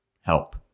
Help